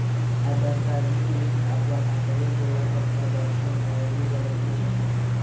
आधार card नी link आपला खाताले जोडा करता बँकमा जावानी गरज नही शे